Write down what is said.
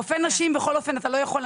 רופא נשים בכל אופן אתה לא יכול,